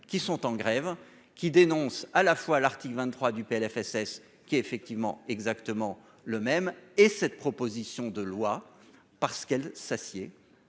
qui sont en grève, qui dénonce à la fois l'article 23 du PLFSS qui effectivement exactement le même et cette proposition de loi parce qu'elle s'assied,